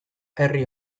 herri